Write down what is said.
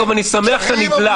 יעקב, אני שמח שאתה נדלק.